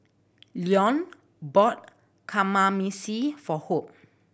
Leone bought Kamameshi for Hope